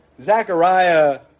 Zechariah